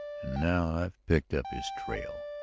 and now i have picked up his trail!